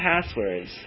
passwords